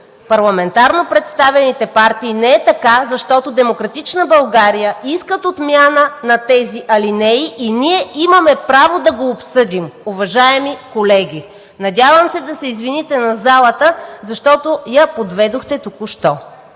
парламентарно представените партии не е така, защото „Демократична България“ искат отмяна на тези алинеи и ние имаме право да го обсъдим, уважаеми колеги. Надявам се да се извините на залата, защото я подведохте току-що.